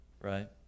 Right